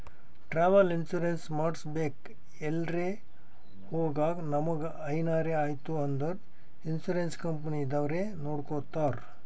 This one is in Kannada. ಟ್ರಾವೆಲ್ ಇನ್ಸೂರೆನ್ಸ್ ಮಾಡಿಸ್ಬೇಕ್ ಎಲ್ರೆ ಹೊಗಾಗ್ ನಮುಗ ಎನಾರೆ ಐಯ್ತ ಅಂದುರ್ ಇನ್ಸೂರೆನ್ಸ್ ಕಂಪನಿದವ್ರೆ ನೊಡ್ಕೊತ್ತಾರ್